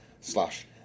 slash